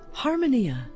Harmonia